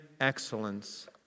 excellence